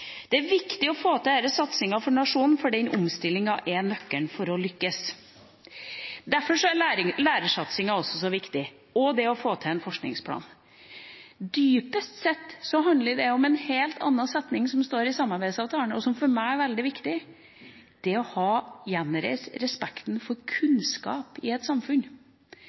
Det er viktig å få til denne satsinga for nasjonen, fordi den omstillinga er nøkkelen til å lykkes. Derfor er lærersatsinga også så viktig, og det å få til en forskningsplan. Dypest sett handler det om en helt annen setning som står i samarbeidsavtalen, og som for meg er veldig viktig: det å gjenreise respekten for kunnskap i et samfunn.